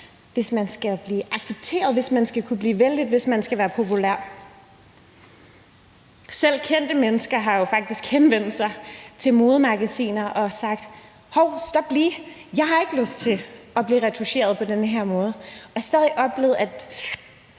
hvis man skal blive accepteret, hvis man skal kunne blive vellidt, hvis man skal være populær. Selv kendte mennesker har jo faktisk henvendt sig til modemagasiner og sagt: Hov, stop lige! Jeg har ikke lyst til at blive retoucheret på den her måde. De har oplevet, at